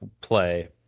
play